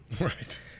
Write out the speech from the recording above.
Right